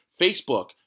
Facebook